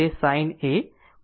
23 છે